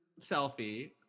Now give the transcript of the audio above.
selfie